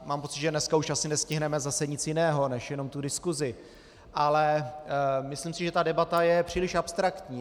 Mám pocit, že dneska už asi nestihneme zase nic jiného než jenom tu diskusi, ale myslím si, že ta debata je příliš abstraktní.